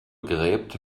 gräbt